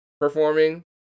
performing